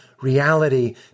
reality